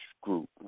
group